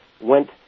went